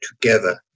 together